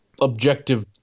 objective